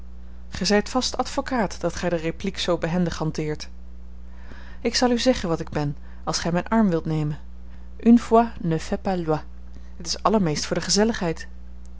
zijt vast advocaat dat gij de repliek zoo behendig hanteert ik zal u zeggen wat ik ben als gij mijn arm wilt nemen une fois ne fait pas loi het is allermeest voor de gezelligheid